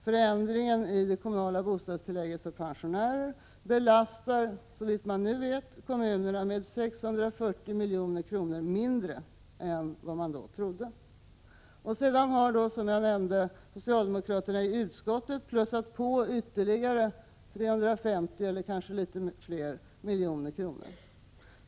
Förändringen beträffande kommunalt bostadstillägg för pensionärer belastar såvitt man nu vet kommunerna med 640 milj.kr. mindre än vad man då trodde. Sedan har, som jag nämnde, socialdemokraterna i utskottet plussat på ytterligare 350 milj.kr. eller kanske litet mer.